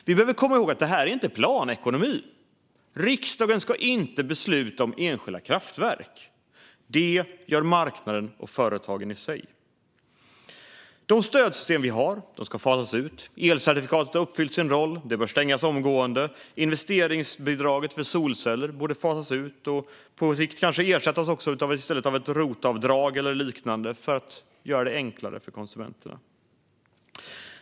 Vi behöver komma ihåg att detta inte är planekonomi. Riksdagen ska inte besluta om enskilda kraftverk. Det gör marknaden och företagen själva. De stödsystem vi har ska fasas ut. Systemet med elcertifikat har spelat ut sin roll och bör avskaffas omgående. Investeringsbidraget för solceller borde fasas ut och på sikt kanske ersättas av ett ROT-avdrag eller liknande för att göra det enklare för konsumenterna.